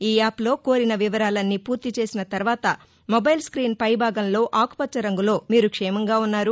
ఈ యాప్లో కోరిన వివరాలన్నీ పూర్తి చేసిన తర్వాత మొబైల్ స్కీన్ పైభాగంలో ఆకుపచ్చ రంగులో మీరు క్షేమంగా ఉన్నారు